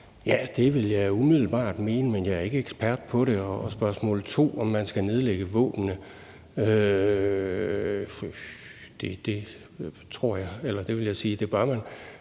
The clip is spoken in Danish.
Ja, det ville jeg umiddelbart mene, men jeg er ikke ekspert i det. Til spørgsmål to om, om man skal nedlægge våbnene, vil jeg sige, at det bør man